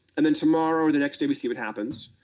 and then tomorrow, the next day we see what happens.